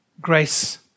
grace